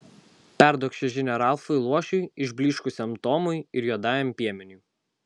perduok šią žinią ralfui luošiui išblyškusiam tomui ir juodajam piemeniui